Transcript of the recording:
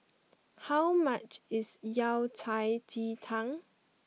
how much is Yao Cai Ji Tang